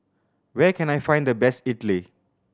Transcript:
where can I find the best idly